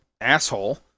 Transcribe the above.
asshole